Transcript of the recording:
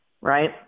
right